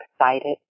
excited